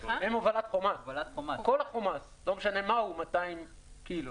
הם הובלת --- לא משנה מהו, 200 קילו.